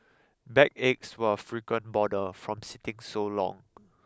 backaches were a frequent bother from sitting so long